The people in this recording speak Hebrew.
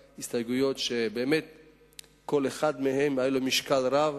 שלכל אחת מהן היה משקל רב.